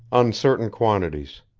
uncertain quantities.